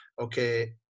okay